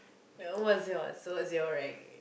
what's yours what's your rank